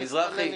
מזרחי,